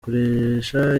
koresha